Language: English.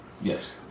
Yes